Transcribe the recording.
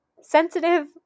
sensitive